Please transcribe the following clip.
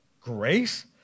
Grace